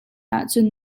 ahcun